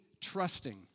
trusting